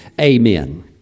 amen